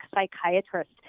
psychiatrist